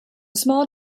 small